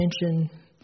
attention